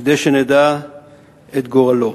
כדי שנדע את גורלו.